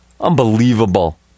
Unbelievable